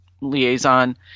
liaison